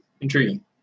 intriguing